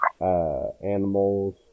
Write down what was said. animals